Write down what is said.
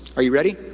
are you ready?